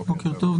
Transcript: בוקר טוב.